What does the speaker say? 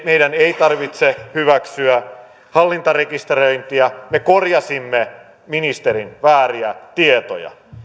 meidän ei tarvitse hyväksyä hallintarekisteröintiä me korjasimme ministerin vääriä tietoja